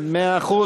מאה אחוז.